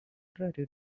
contrary